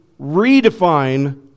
redefine